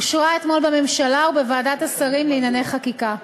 אושרה אתמול בממשלה ובוועדת השרים לענייני חקיקה.